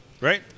Right